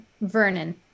vernon